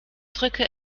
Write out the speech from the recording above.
drücke